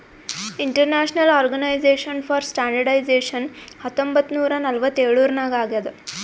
international organization for standardization ಹತ್ತೊಂಬತ್ ನೂರಾ ನಲ್ವತ್ತ್ ಎಳುರ್ನಾಗ್ ಆಗ್ಯಾದ್